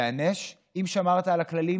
תיענש, אם שמרת על הכללים,